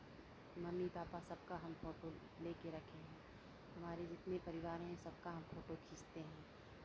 mummy papa सब का हम फोटो ले के रखे हैं हमारी जितनी परिवार है सबका हम फोटो खींचते हैं